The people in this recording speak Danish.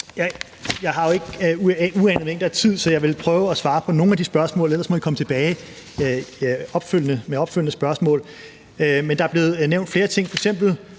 Jeg har jo ikke uanede mængder af tid, så jeg vil prøve at svare på nogle at de stillede spørgsmål, ellers må I komme tilbage med opfølgende spørgsmål. Der blev nævnt flere ting, f.eks.